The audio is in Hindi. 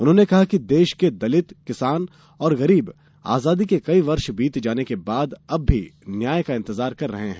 उन्होंने कहा कि देश के दलित किसान और गरीब आजादी के कई वर्ष बीत जाने के बाद अब भी न्याय का इंतजार कर रहे हैं